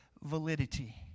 validity